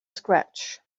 scratch